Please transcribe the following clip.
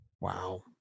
Wow